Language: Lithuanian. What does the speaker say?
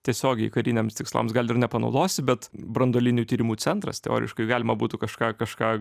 tiesiogiai kariniams tikslams gal ir nepanaudosi bet branduolinių tyrimų centras teoriškai galima būtų kažką kažką